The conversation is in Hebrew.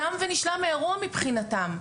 תם ונשלם האירוע מבחינתם.